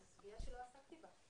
זו סוגיה שלא עסקתי בה,